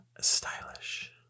stylish